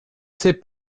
sais